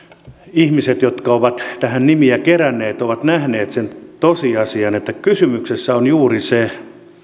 ihmiset jotka ovat tähän nimiä keränneet ovat nähneet sen tosiasian että kysymyksessä on juuri se